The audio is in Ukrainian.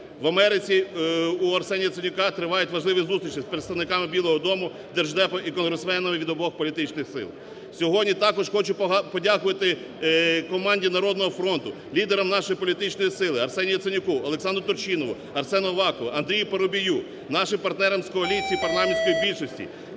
В Америці у Арсенія Яценюка тривають важливі зустрічі з представниками Білого дому, Держдепу і конгресменами від обох політичних сил. Сьогодні також хочу подякувати команді "Народного фронту", лідерам нашої політичної сили: Арсенію Яценюку, Олександру Турчинову, Арсену Авакову, Андрію Парубію, нашим партнерам з коаліції і парламентської більшості,